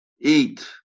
eat